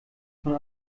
von